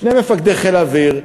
שני מפקדי חיל אוויר,